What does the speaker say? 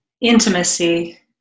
intimacy